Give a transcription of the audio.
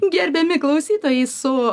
gerbiami klausytojai su